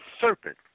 serpent